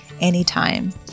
anytime